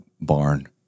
barn